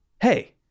Hey